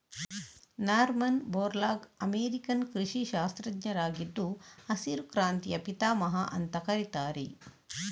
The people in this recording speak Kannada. ನಾರ್ಮನ್ ಬೋರ್ಲಾಗ್ ಅಮೇರಿಕನ್ ಕೃಷಿ ಶಾಸ್ತ್ರಜ್ಞರಾಗಿದ್ದು ಹಸಿರು ಕ್ರಾಂತಿಯ ಪಿತಾಮಹ ಅಂತ ಕರೀತಾರೆ